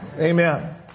Amen